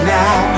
now